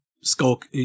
skulk